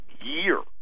year